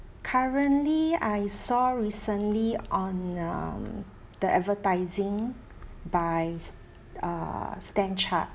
currently I saw recently on um the advertising by uh stanchart